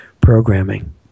Programming